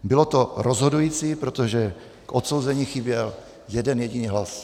Bylo to rozhodující, protože k odsouzení chyběl jeden jediný hlas.